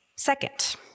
Second